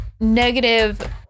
negative